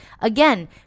Again